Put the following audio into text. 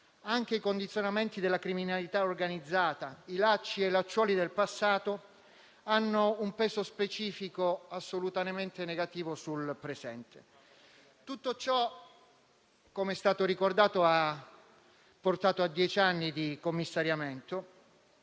anche i condizionamenti della criminalità organizzata e i lacci e lacciuoli del passato hanno un peso specifico assolutamente negativo sul presente. Tutto ciò, com'è stato ricordato, ha portato a dieci anni di commissariamento,